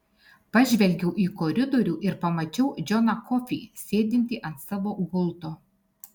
pažvelgiau į koridorių ir pamačiau džoną kofį sėdintį ant savo gulto